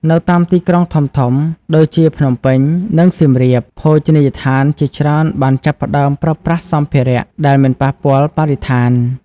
នៅតាមទីក្រុងធំៗដូចជាភ្នំពេញ និងសៀមរាប ភោជនីយដ្ឋានជាច្រើនបានចាប់ផ្តើមប្រើប្រាស់សម្ភារៈដែលមិនប៉ះពាល់បរិស្ថាន។